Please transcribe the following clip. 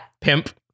pimp